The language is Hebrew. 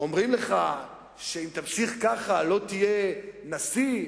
אומרים לך שאם תמשיך ככה לא תהיה נשיא,